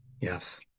Yes